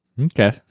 Okay